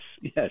yes